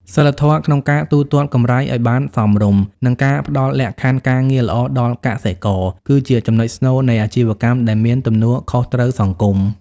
សីលធម៌ក្នុងការទូទាត់កម្រៃឱ្យបានសមរម្យ និងការផ្ដល់លក្ខខណ្ឌការងារល្អដល់កសិករ គឺជាចំណុចស្នូលនៃអាជីវកម្មដែលមានទំនួលខុសត្រូវសង្គម។